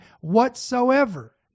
whatsoever